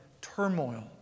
turmoil